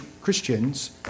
Christians